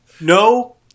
no